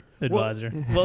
advisor